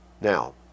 Now